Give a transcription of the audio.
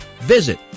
Visit